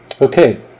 Okay